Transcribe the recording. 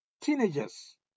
teenagers